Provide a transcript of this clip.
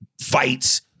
fights